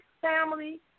family